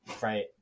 right